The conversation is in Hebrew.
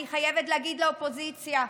אני חייבת להגיד לאופוזיציה: